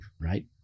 right